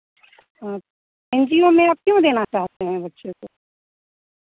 N G O में आप क्यों देना चाहते हैं बच्चे को